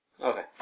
Okay